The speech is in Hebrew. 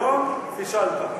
היום פישלת.